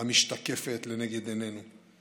המשתקפת לנגד עינינו.